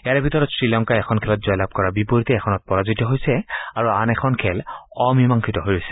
ইয়াৰ ভিতৰত শ্ৰীলংকাই এখন খেলত জয়লাভ কৰাৰ বিপৰীতে এখনত পৰাজিত হৈছে আৰু এখন খেল অমীমাংসিত হৈ ৰৈছে